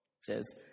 says